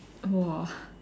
!wah!